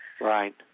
Right